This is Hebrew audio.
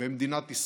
במדינת ישראל,